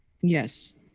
Yes